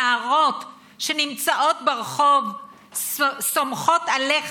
הנערות שנמצאות ברחוב סומכות עליך